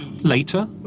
later